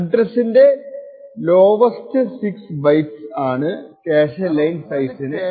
അഡ്രസ്സിന്റെ lowest 6 bits ആണ് cache line സൈസിനെ address ചെയ്യുന്നത്